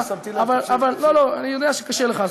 אבל אני יודע שקשה לך,